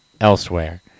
elsewhere